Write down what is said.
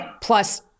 plus